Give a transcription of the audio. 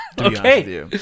Okay